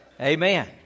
Amen